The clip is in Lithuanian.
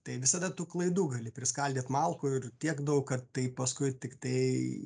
tai visada tų klaidų gali priskaldyt malkų ir tiek daug kad tai paskui tiktai